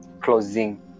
closing